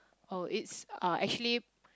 oh it's uh actually